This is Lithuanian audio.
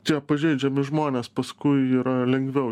čia pažeidžiami žmonės paskui yra lengviau